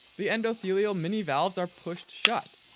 the endothelial minivalves are pushed shut,